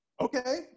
okay